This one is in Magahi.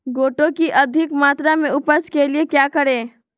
गोटो की अधिक मात्रा में उपज के लिए क्या करें?